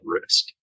risk